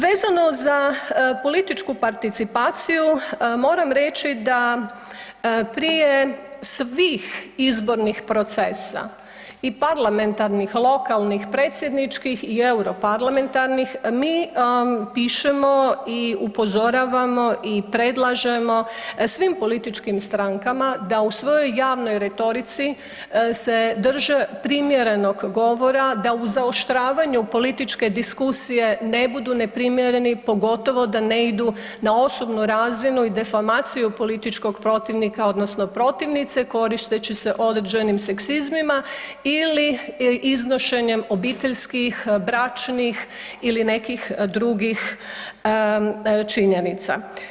Vezano za političku participaciju moram reći da prije svih izbornih procesa i parlamentarnih, lokalnih, predsjedničkih i europarlamentarnih mi pišemo i upozoravamo i predlažemo svim političkim strankama da u svojoj javnoj retorici se drže primjerenog govora, da u zaoštravanju političke diskusije ne budu neprimjereni, pogotovo da ne idu na osobnu razinu i deformaciju političkog protivnika odnosno protivnice koristeći se određenim seksizmima ili iznošenjem obiteljskih, bračnih ili nekih drugih činjenica.